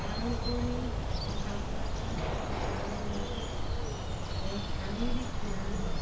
তাৰ উপৰিও ধান দালে বোকা ৰুলেও এক শাৰীৰিক ব্যায়াম হয়